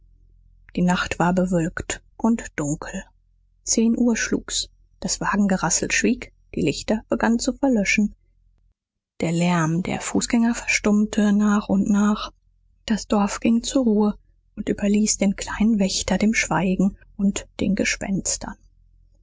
die nacht war bewölkt und dunkel zehn uhr schlug's das wagengerassel schwieg die lichter begannen zu verlöschen der lärm der fußgänger verstummte nach und nach das dorf ging zur ruhe und überließ den kleinen wächter dem schweigen und den gespenstern